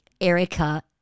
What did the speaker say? Erica